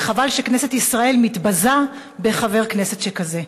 וחבל שכנסת ישראל מתבזה בחבר כנסת שכזה.